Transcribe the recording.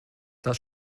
das